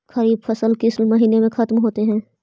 खरिफ फसल किस महीने में ख़त्म होते हैं?